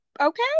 okay